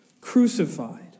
crucified